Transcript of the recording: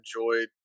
enjoyed